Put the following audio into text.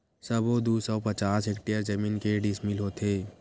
सबो दू सौ पचास हेक्टेयर जमीन के डिसमिल होथे?